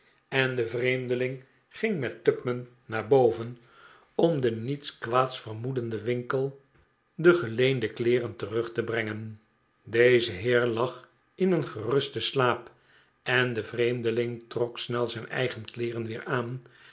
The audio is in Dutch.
en de vreemdeling ging met tupman naar boven om den niets kwaads vermoedenden winkle de geleende kleeren terug te brengen deze heer lag in een gerusten slaap en de vreemdeling trok snel zijn eigen kleeren weer aan